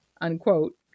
unquote